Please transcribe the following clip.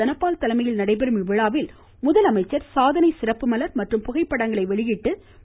தனபால் தலைமையில் நடைபெறும் இவ்விழாவில் முதலமைச்சர் சாதனை சிறப்பு மலர் மற்றும் புகைப்படங்களை வெளியிட்டு பேருரையாற்றுகிறார்